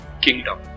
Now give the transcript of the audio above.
kingdom